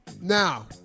Now